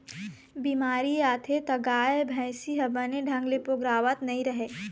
बेमारी आथे त गाय, भइसी ह बने ढंग ले पोगरावत नइ रहय